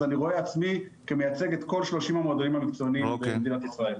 אז אני רוצה עצמי כמייצג את כל 30 המועדונים המקצועניים במדינת ישראל.